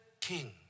king